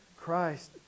Christ